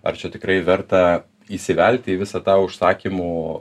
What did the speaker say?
ar čia tikrai verta įsivelti į visą tą užsakymų